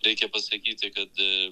reikia pasakyti kad